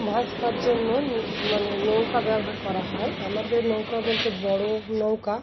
মাছ ধরার জন্য মানে নৌকা ব্যবহার করা হয় আমাদের নৌকা বলতে বড়ো নৌকা